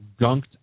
gunked